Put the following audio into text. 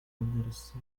ponerse